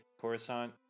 Coruscant